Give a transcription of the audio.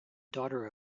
daughter